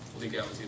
legality